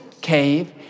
cave